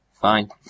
Fine